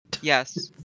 Yes